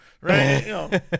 right